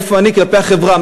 איפה אני כלפי החברה,